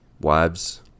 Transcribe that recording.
wives